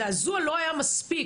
הזעזוע לא היה מספיק,